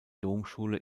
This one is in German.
domschule